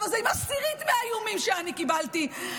הזה עם עשירית מהאיומים שאני קיבלתי,